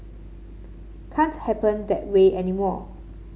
can't happen that way anymore